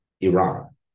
Iran